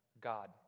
God